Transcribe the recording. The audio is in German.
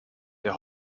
der